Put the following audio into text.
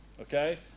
okay